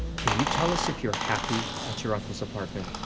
can you tell us if you're happy at your uncle's apartment?